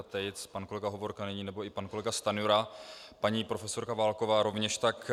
Tejc, pan kolega Hovorka nyní nebo i pan kolega Stanjura, paní prof. Válková rovněž tak.